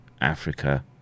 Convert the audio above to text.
africa